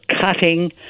cutting